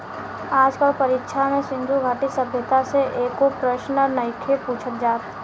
आज कल परीक्षा में सिन्धु घाटी सभ्यता से एको प्रशन नइखे पुछल जात